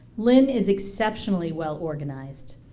lynn is exceptionally well organized.